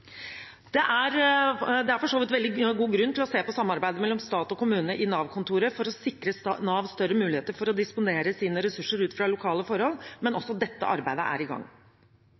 Det er for så vidt veldig god grunn til å se på samarbeidet mellom stat og kommune i Nav-kontoret for å sikre Nav større muligheter til å disponere sine ressurser ut fra lokale forhold, men også dette arbeidet er i gang.